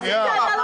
איזה צעדה לא חוקית?